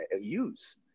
use